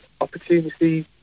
opportunity